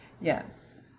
Yes